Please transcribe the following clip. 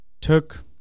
took